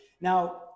Now